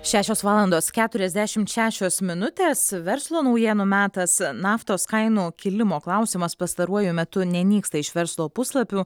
šešios valandos keturiasdešimt šešios minutės verslo naujienų metas naftos kainų kilimo klausimas pastaruoju metu nenyksta iš verslo puslapių